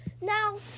Now